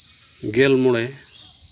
ᱜᱮᱞ ᱢᱚᱬᱮ